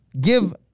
give